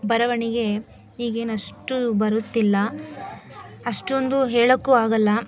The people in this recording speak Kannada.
ಬರವಣಿಗೆ ಈಗೇನು ಅಷ್ಟು ಬರುತ್ತಿಲ್ಲ ಅಷ್ಟೊಂದು ಹೇಳೋಕು ಆಗಲ್ಲ